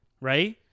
right